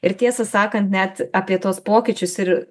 ir tiesą sakant net apie tuos pokyčius ir